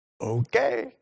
Okay